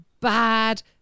bad